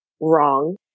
wrong